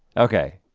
okay,